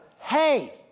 Hey